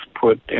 put